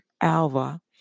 Alva